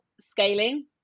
scaling